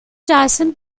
dyson